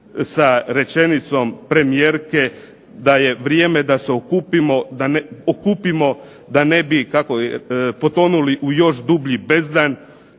sa rečenicom premijerke da je vrijeme da se okupimo, da okupimo da ne bi kako je, potonuli u još dublji bezdan